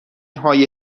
های